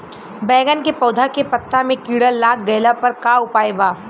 बैगन के पौधा के पत्ता मे कीड़ा लाग गैला पर का उपाय बा?